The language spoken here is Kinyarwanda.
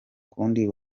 kundi